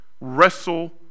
wrestle